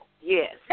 Yes